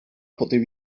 potevi